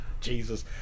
Jesus